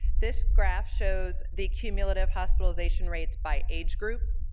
this graph shows the cumulative hospitalization rates by age group,